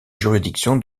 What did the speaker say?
juridiction